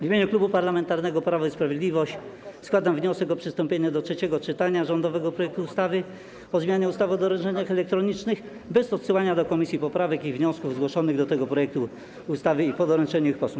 W imieniu Klubu Parlamentarnego Prawo i Sprawiedliwość składam wniosek o przystąpienie do trzeciego czytania rządowego projektu ustawy o zmianie ustawy o doręczeniach elektronicznych bez odsyłania do komisji poprawek i wniosków zgłoszonych do tego projektu ustawy i po doręczeniu ich posłom.